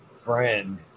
friend